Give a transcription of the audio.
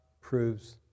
proves